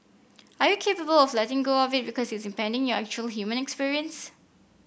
are you capable of letting go of it because it's impeding your actual human experience